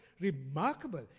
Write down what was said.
remarkable